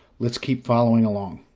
let's keep following along.